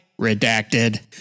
redacted